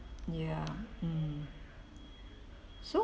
ya mm so